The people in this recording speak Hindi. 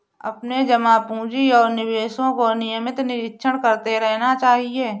अपने जमा पूँजी और निवेशों का नियमित निरीक्षण करते रहना चाहिए